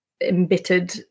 embittered